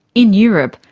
in europe,